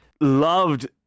loved